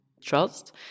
trust